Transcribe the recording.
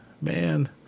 man